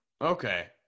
Okay